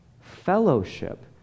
fellowship